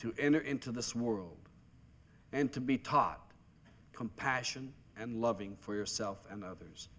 to enter into this world and to be taught compassion and loving for yourself and others